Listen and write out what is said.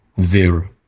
zero